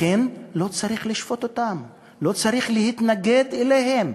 לכן לא צריך לשפוט אותם, לא צריך להתנגד להם.